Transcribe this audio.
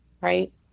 right